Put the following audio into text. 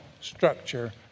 structure